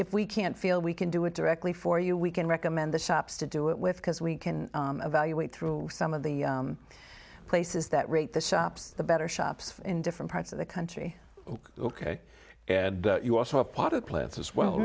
if we can't feel we can do it directly for you we can recommend the shops to do it with because we can evaluate through some of the places that rate the shops the better shops in different parts of the country ok and you also a potted plants as well